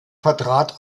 vertrat